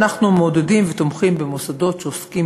אנחנו מעודדים ותומכים במוסדות שעוסקים